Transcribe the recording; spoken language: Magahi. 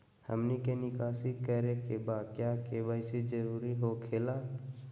हमनी के निकासी करे के बा क्या के.वाई.सी जरूरी हो खेला?